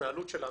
ההתנהלות שלנו,